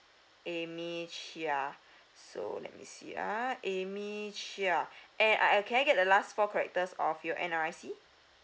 amy chia so let me see ah amy chia eh uh can I get the last four characters of your N_R_I_C